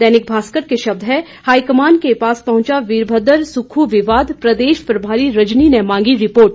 दैनिक भास्कर के शब्द हैं हाईकमान के पास पहुंचा वीरभद्र सुक्खू विवाद प्रदेश प्रभारी रजनी ने मांगी रिपोर्ट